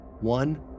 One